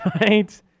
right